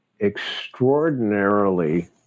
extraordinarily